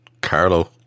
Carlo